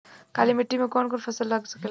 काली मिट्टी मे कौन कौन फसल लाग सकेला?